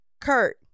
Kurt